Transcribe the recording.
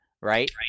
Right